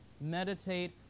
meditate